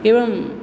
एवम्